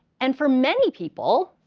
and for many people,